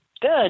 Good